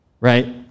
right